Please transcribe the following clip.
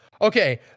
Okay